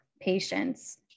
patients